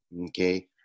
okay